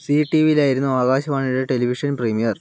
see T വിയിലായിരുന്നു ആകാശവാണിയുടെ television premier